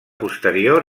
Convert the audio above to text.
posterior